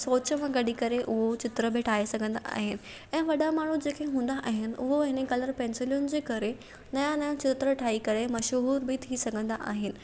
सोच मां कढी करे उहो चित्र बि ठाहे सघंदा आहिनि ऐं वॾा माण्हू जेके हूंदा आहिनि उहो हिन कलर पेंसिलुनि जे करे नवां नवां चित्र ठाही करे मशहूर बि थी सघंदा आहिनि